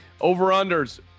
over-unders